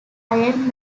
iron